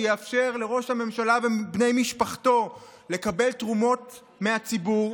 שיאפשר לראש הממשלה ובני משפחתו לקבל תרומות מהציבור,